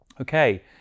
Okay